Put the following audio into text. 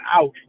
out